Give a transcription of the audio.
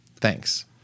Thanks